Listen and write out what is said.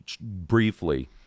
briefly